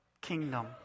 kingdom